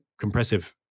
compressive